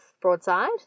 Broadside